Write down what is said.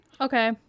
Okay